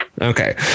Okay